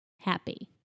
happy